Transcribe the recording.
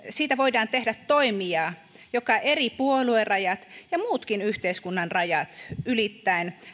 siitä voidaan tehdä toimija joka eri puoluerajat ja muutkin yhteiskunnan rajat ylittäen